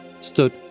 stood